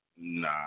Nah